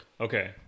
Okay